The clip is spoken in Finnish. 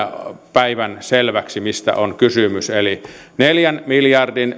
päivänselväksi mistä on kysymys eli neljän miljardin